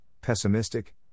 pessimistic